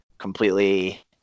Completely